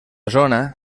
zona